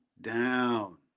down